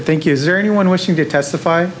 i think is there anyone wishing to testify